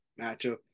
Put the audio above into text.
matchup